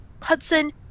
Hudson